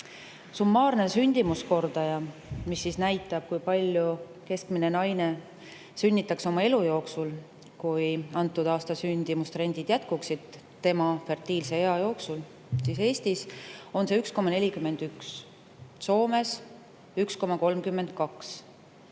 Summaarne sündimuskordaja, mis näitab, kui palju keskmine naine sünnitaks oma elu jooksul, kui konkreetse aasta sündimustrendid jätkuksid tema fertiilse ea jooksul, on Eestis 1,41, Soomes 1,32,